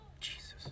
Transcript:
Jesus